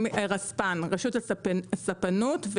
רשות הספנות.